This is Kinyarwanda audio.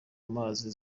mazi